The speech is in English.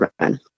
run